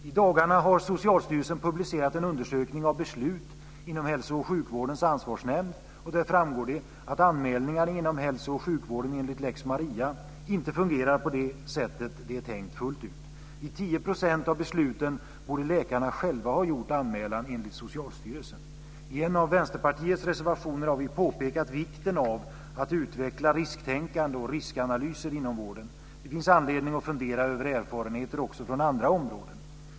I dagarna har Socialstyrelsen publicerat en undersökning av beslut inom Hälso och sjukvårdens ansvarsnämnd där det framgår att anmälningarna inom hälso och sjukvården enligt lex Maria inte fullt ut fungerar som tänkt. I 10 % av besluten borde läkarna själva ha gjort anmälan, enligt Socialstyrelsen. I en av Vänsterpartiets reservationer har vi påpekat vikten av att utveckla risktänkande och riskanalyser inom vården. Det finns anledning att fundera över erfarenheter också från andra områden.